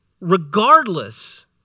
regardless